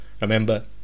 remember